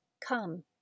come